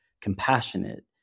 compassionate